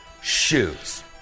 shoes